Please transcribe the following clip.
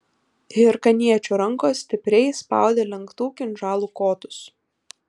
hirkaniečių rankos stipriai spaudė lenktų kinžalų kotus